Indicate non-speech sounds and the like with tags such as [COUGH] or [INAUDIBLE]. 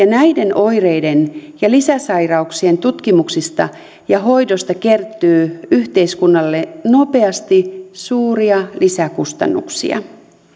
[UNINTELLIGIBLE] näiden oireiden ja lisäsairauksien tutkimuksista ja hoidosta kertyy yhteiskunnalle nopeasti suuria lisäkustannuksia